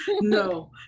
no